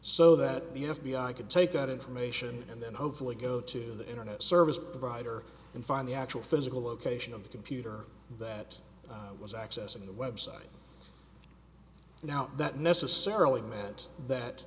so that the f b i could take that information and then hopefully go to the internet service provider and find the actual physical location of the computer that was accessing the web site now that necessarily meant that